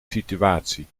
situatie